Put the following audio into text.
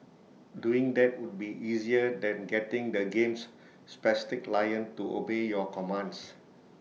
doing that would be easier than getting the game's spastic lion to obey your commands